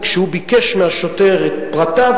וכשהוא ביקש מהשוטר את פרטיו,